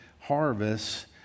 harvest